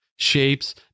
Shapes